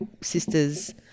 sisters